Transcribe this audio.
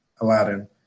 Aladdin